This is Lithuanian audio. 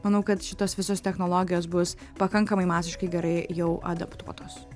manau kad šitos visos technologijos bus pakankamai masiškai gerai jau adaptuotos